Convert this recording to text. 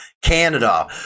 Canada